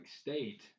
State